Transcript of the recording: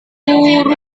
guru